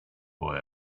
boy